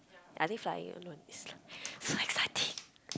I think flying alone is so exciting